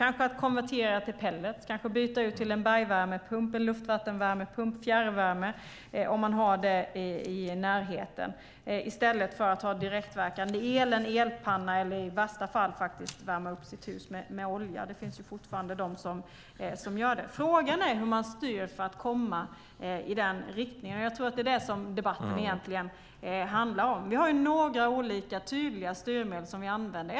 Man kan konvertera till pellets, byta till en bergvärmepump, en luft eller vattenvärmepump eller fjärrvärme om man har det i närheten, i stället för att ha direktverkande el, en elpanna eller i värsta fall värma upp sitt hus med olja - det finns fortfarande de som gör det. Frågan är hur man styr för att komma i den riktningen. Jag tror att det är det som debatten egentligen handlar om. Vi har några olika tydliga styrmedel som vi använder.